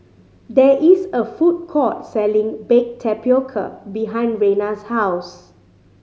there is a food court selling baked tapioca behind Reina's house